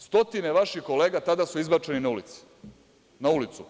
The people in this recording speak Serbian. Stotine vaših kolega tada su izbačeni na ulicu.